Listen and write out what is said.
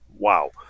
Wow